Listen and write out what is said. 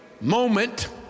moment